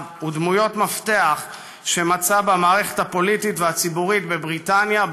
ודמויות מפתח שמצא במערכת הפוליטית והציבורית בבריטניה,